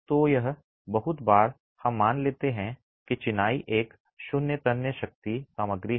तो यह बहुत बार हम मान लेते हैं कि चिनाई एक शून्य तन्य शक्ति सामग्री है